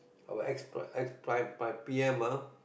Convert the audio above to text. our ex pr~ ex prime p_m ah